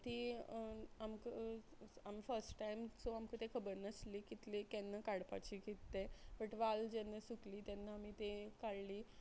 तीं आमकां first time so आमकां तें खबर नासली कितले केन्ना काडपाची कित तें बट वाल जेन्ना सुकली तेन्ना आमी तें काडली